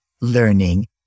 learning